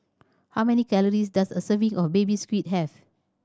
how many calories does a serving of Baby Squid have